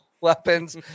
weapons